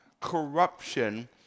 corruption